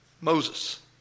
Moses